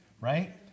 right